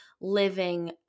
living